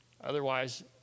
Otherwise